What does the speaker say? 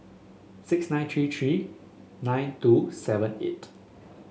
six nine three three nine two seven eight